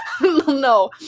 no